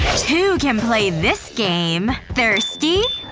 two can play this game. thirsty?